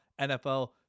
NFL